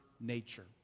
nature